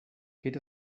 geht